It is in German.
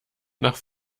nach